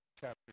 chapter